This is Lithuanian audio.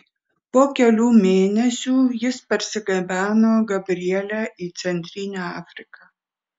po kelių mėnesių jis parsigabeno gabrielę į centrinę afriką